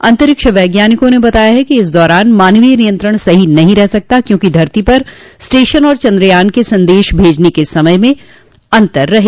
अंतरिक्ष वैज्ञानिकों ने बताया है कि इस दौरान मानवीय नियंत्रण सही नहीं रह सकता क्योंकि धरती पर स्टेशन और चंद्रयान के संदेश भेजने के समय में अंतर रहेगा